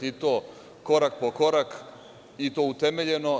I to korak po korak, i to utemeljeno.